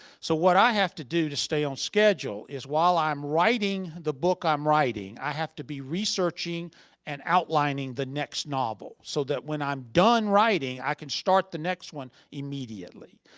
so what i have to do to stay on schedule is while i'm writing the book i'm writing, i have to be researching and outlining the next novel so that when i'm done writing, i can start the next one, immediately.